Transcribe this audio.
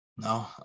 No